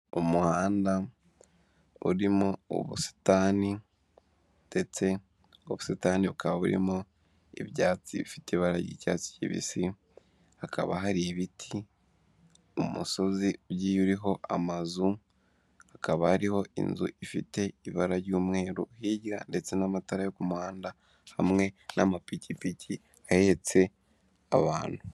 Umuhanda urimo ubusitani ndetse ubusitani bukaba burimo ibyatsi bifite ibara ry'icyatsi kibisi, hakaba hari ibiti, umusozi ugiye uriho amazu, hakaba hariho inzu ifite ibara ry'umweru hirya ndetse n'amatara yo kumuhanda hamwe n'amapikipiki ahetse abantu.